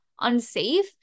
unsafe